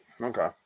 Okay